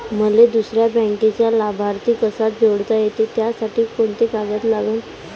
मले दुसऱ्या बँकेचा लाभार्थी कसा जोडता येते, त्यासाठी कोंते कागद लागन?